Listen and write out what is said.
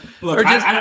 Look